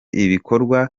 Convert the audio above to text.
ibikorwa